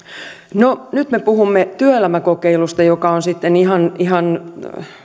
no nyt me puhumme työelämäkokeilusta joka on sitten ihan ihan